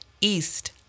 east